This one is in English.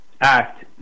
act